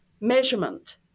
measurement